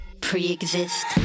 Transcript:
pre-exist